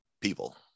people